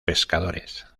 pescadores